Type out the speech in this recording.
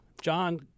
John